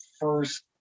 first